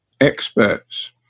experts